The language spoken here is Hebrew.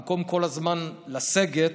במקום כל הזמן לסגת,